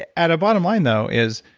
at at a bottom line, though is,